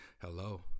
hello